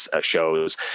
shows